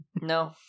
no